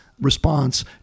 response